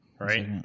right